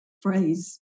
Phrase